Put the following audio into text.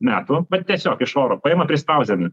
metų vat tiesiog iš oro paima prispausdina